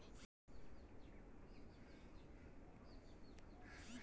garlic মানে রসুন যেটা খাবারে দেওয়া হয়